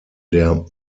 der